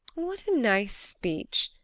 what a nice speech!